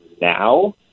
now